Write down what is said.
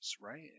right